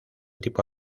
tipo